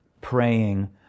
praying